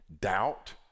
doubt